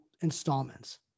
installments